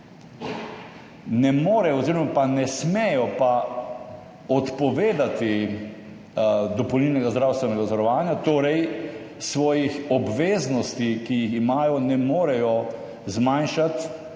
Ne morejo oziroma pa ne smejo pa odpovedati dopolnilnega zdravstvenega zavarovanja, torej svojih obveznosti, ki jih imajo, ne morejo zmanjšati,